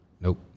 Nope